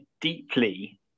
deeply